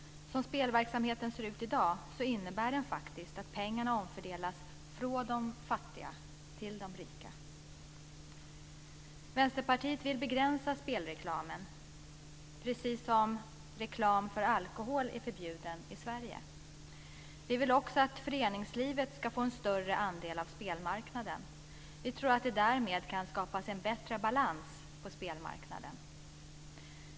Som spelverksamheten ser ut i dag innebär den faktiskt att pengarna omfördelas från de fattiga till de rika. Vänsterpartiet vill begränsa spelreklamen, precis som reklam för alkohol är förbjuden i Sverige. Vi vill också att föreningslivet ska få en större andel av spelmarknaden. Vi tror att det därmed kan skapas en bättre balans på spelmarknaden.